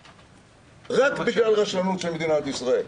רק בגלל רשלנות של מדינת ישראל.